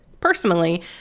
personally